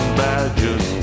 badges